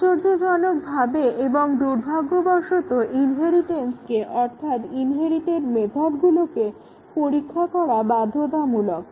আশ্চর্যজনকভাবে এবং দুর্ভাগ্যবশত ইনহেরিটেন্সকে অর্থাৎ ইনহেরিটেড মেথডগুলোকে পরীক্ষা করা বাধ্যতামূলক